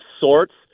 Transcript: sorts